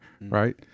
right